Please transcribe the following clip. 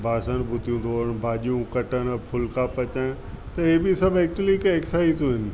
ॿासण भुतियूं धुअणु भाॼियूं कटणु फुलिका पचाइण त इहे ॿि सभु एक्चुली हिकु ऐक्साइज़ू आहिनि